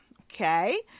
Okay